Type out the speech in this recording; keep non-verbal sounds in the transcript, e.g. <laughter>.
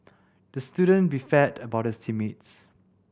the student <unintelligible> about his team mates